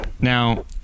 Now